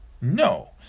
No